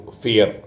fear